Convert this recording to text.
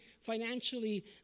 financially